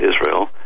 Israel